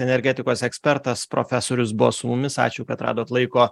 energetikos ekspertas profesorius buvo su mumis ačiū kad radot laiko